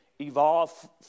evolve